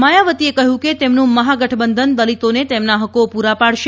માયાવતીએ કહ્યું કે તેમનું મહાગઠબંધન દલિતોને તેમના હક્કો પૂરા પાડશે